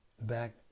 back